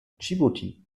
dschibuti